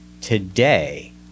today